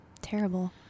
terrible